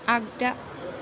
आगदा